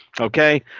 Okay